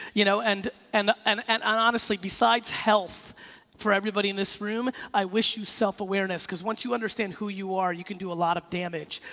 you know and and and and and honestly besides health for everybody in this room, i wish you self awareness cause once you understand who you are, you can do a lot of damage.